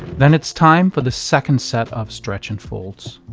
then it's time for the second set of stretch and folds.